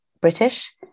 British